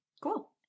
cool